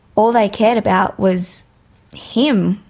all they cared about was him.